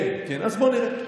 אז בוא נראה.